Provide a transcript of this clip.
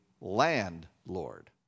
landlord